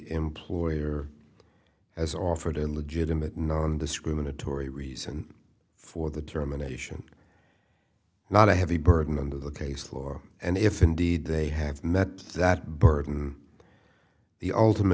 employer has offered a legitimate nondiscriminatory reason for the termination not a heavy burden under the case law and if indeed they have met that burden the ultimate